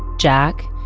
jack,